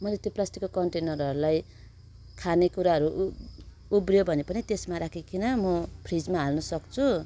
मैले त्यो प्लास्टिकको कन्टेनरहरूलाई खानेकुराहरू उब् उब्रियो भनेपनि त्यसमा राखिकन फ्रिजमा हाल्नसक्छु